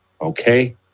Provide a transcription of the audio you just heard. okay